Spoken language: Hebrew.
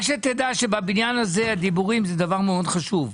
רק שתדע שבבניין הזה הדיבורים זה דבר מאוד חשוב.